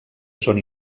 són